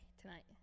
tonight